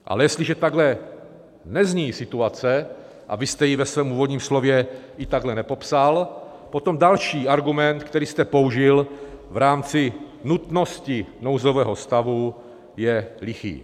Ale jestliže takhle nezní situace, a vy jste ji ve svém úvodním slově i takhle nepopsal, potom další argument, který jste použil v rámci nutnosti nouzového stavu, je lichý.